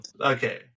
Okay